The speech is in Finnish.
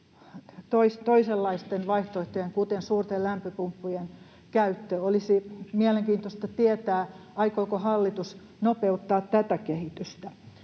toisenlaisten vaihtoehtojen, kuten suurten lämpöpumppujen, käyttö. Olisi mielenkiintoista tietää, aikooko hallitus nopeuttaa tätä kehitystä.